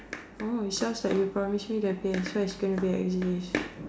oh sounds like you promise me the P_S four is gonna be